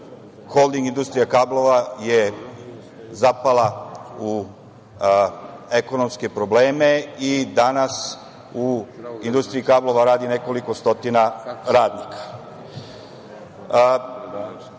holding industrija kablova je zapala u ekonomske probleme i danas u industriji kablova radi nekoliko stotina radnika. Mi